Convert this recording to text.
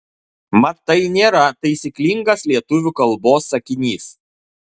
mat tai nėra taisyklingas lietuvių kalbos sakinys